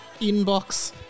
inbox